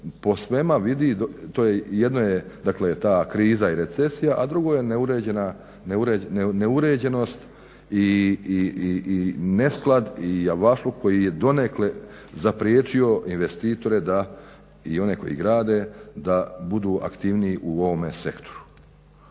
po svemu vidi to je, jedno je dakle ta kriza i recesija, a drugo je neuređenost i nesklad i avašluk koji je donekle zapriječio investitore da i one koji grade da budu aktivniji u ovome sektoru.